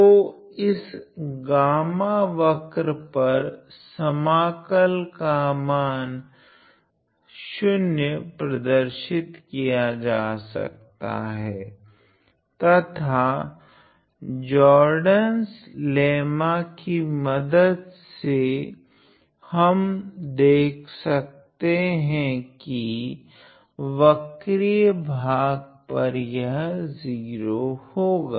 तो इस गामा वक्र पर समाकल का मान 0 प्रदर्शित किया जा सकता हैं तथा जॉर्डन'स लेमा कि मदद से हम हम देख सकते हैं कि वक्रिय भाग पर यह 0 होगा